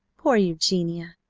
poor eugenia!